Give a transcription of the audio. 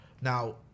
Now